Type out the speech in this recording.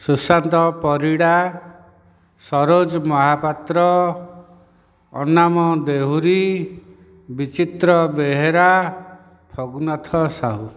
Sushant Parida Saroj Mahapatra Anam Dehury Bichitra Behera Raghunath Sahu